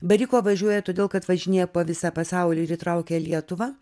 bariko važiuoja todėl kad važinėja po visą pasaulį ir įtraukė lietuvą